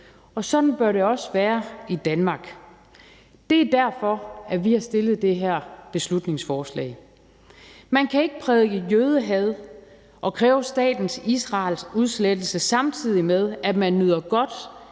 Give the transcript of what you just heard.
og sådan bør det også være i Danmark. Det er derfor, at vi har fremsat det her beslutningsforslag. Man kan ikke prædike jødehad og kræve statens Israels udslettelse, samtidig med at man nyder godt